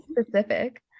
specific